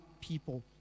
people